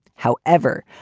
however,